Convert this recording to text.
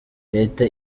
leta